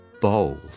Bowl